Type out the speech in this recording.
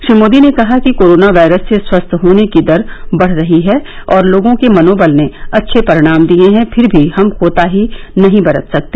श्री मोदी ने कहा कि कोराना वायरस से स्वस्थ होने की दर बढ़ रही है और लोगों के मनोबल ने अच्छे परिणाम दिए हैं फिर भी हम कोताही नहीं बरत सकते